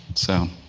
so,